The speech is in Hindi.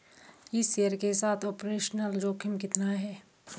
इस शेयर के साथ ऑपरेशनल जोखिम कितना है?